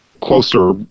closer